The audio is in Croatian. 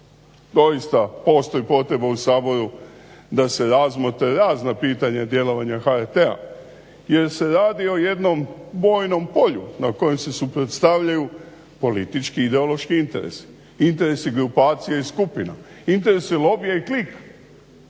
doista postoji potreba u Saboru da se razmotre razna pitanja i djelovanja HRT-a jer se radi o jednom bojnom polju na kojem se suprotstavljaju politički i ideološki interesi, interesi grupacija i skupina, interese lobija i klika.